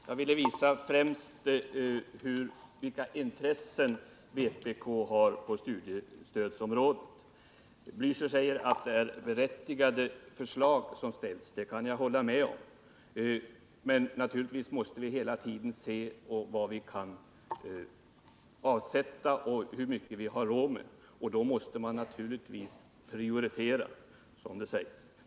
Herr talman! Vad jag främst ville visa var vilka intressen vpk har på studiestödsområdet. Raul Blächer säger att de förslag som framförts är berättigade, och det kan jag hålla med om. Men vi måste naturligtvis hela tiden ta hänsyn till hur mycket pengar vi kan avsätta för detta, hur mycket vi har råd med, och därefter får man prioritera.